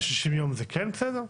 ו-60 ימים זה כן בסדר?